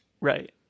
right